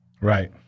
Right